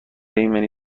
ایمنی